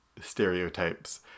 stereotypes